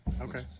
Okay